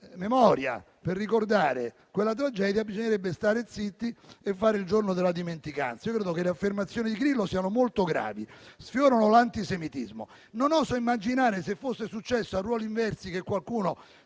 memoria per ricordare quella tragedia, bisognerebbe stare zitti e fare il giorno della dimenticanza. Credo che le affermazioni di Grillo siano molto gravi e sfiorino l'antisemitismo. Non oso immaginare cosa sarebbe accaduto se, a ruoli inversi, qualcuno